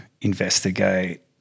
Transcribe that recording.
investigate